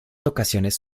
locaciones